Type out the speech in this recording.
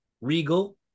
regal